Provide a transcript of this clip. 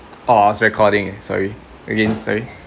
orh it's recording sorry again sorry